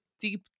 deep